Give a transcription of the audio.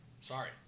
Sorry